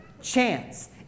chance